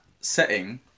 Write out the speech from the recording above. setting